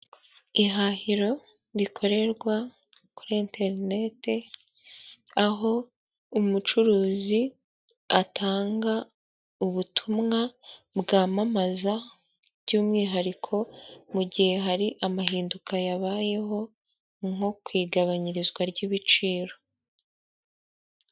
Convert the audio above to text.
Ihahiro rikorerwa kuri Enterinete, aho umucuruzi atanga ubutumwa bwamamaza , by'umwihariko mu gihe hari amahinduka yabayeho nko ku igabanyirizwa ry'ibiciro.